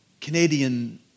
Canadian